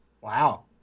Wow